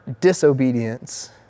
disobedience